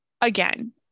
again